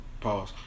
pause